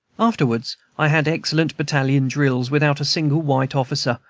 afterwards i had excellent battalion-drills without a single white officer,